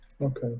Okay